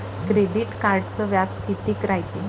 Credit कार्डचं व्याज कितीक रायते?